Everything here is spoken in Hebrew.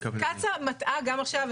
קצא"א מטעה גם עכשיו.